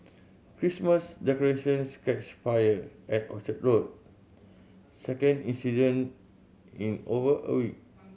Christmas decorations catch fire at Orchard Road second incident in over